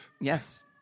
Yes